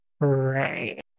Right